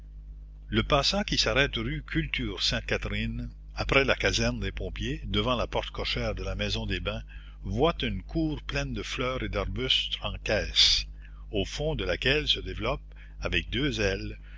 le passant qui s'arrête rue culture sainte catherine après la caserne des pompiers devant la porte cochère de la maison des bains voit une cour pleine de fleurs et d'arbustes en caisses au fond de laquelle se développe avec deux ailes